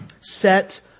Set